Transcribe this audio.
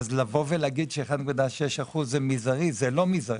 אז לומר ש-1.6% זה מזערי זה לא מזערי.